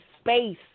space